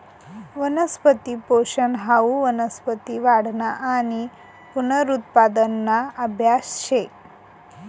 वनस्पती पोषन हाऊ वनस्पती वाढना आणि पुनरुत्पादना आभ्यास शे